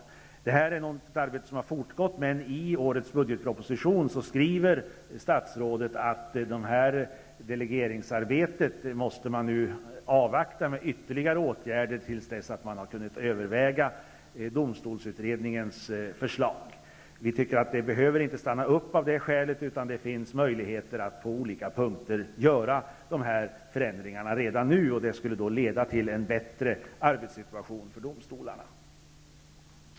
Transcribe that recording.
Detta är ett arbete som har fortgått. Men i årets budgetproposition skriver statsrådet att man måste avvakta ytterligare åtgärder när det gäller detta delegeringsarbete till dess man har kunnat överväga domstolsutredningens förslag. Vi anser att detta arbete inte behöver stanna upp av det skälet utan att det finns möjligheter att på olika punkter göra dessa förändringar redan nu. Det skulle leda till en bättre arbetssituation för domstolarna.